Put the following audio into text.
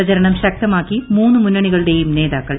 പ്രചരണം ശക്തമാക്കി മൂന്ന് മുന്നണികളുടേയും നേതാക്കൾ